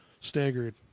staggered